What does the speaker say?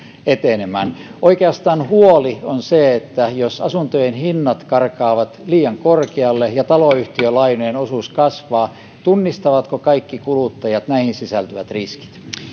etenemään oikeastaan huoli on se että jos asuntojen hinnat karkaavat liian korkealle ja taloyhtiölainojen osuus kasvaa tunnistavatko kaikki kuluttajat näihin sisältyvät riskit